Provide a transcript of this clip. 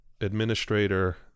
administrator